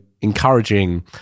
encouraging